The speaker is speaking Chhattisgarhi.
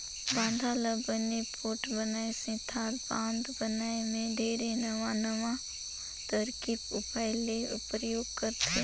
बांधा ल बने पोठ बनाए सेंथा बांध बनाए मे ढेरे नवां नवां तरकीब उपाय ले परयोग करथे